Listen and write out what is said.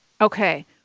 Okay